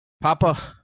Papa